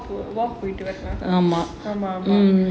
walk போயிட்டு வரலாம் ஆமா:poitu varalaam aamaa